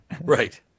right